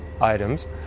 items